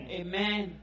amen